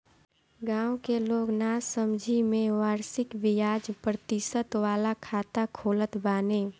गांव के लोग नासमझी में वार्षिक बियाज प्रतिशत वाला खाता खोलत बाने